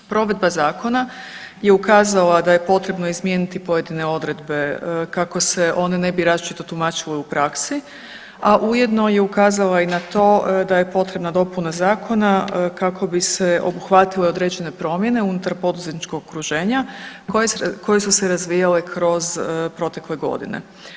Provedba zakona je ukazala da je potrebno izmijeniti pojedine odredbe kako se one ne bi različito tumačile u praksi, a ujedno je ukazala i na to da je potrebna dopuna zakona kako bi se obuhvatile određene promjene unutar poduzetničkog okruženja koje su se razvijale kroz protekle godine.